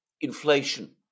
inflation